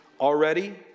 already